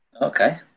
Okay